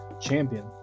champion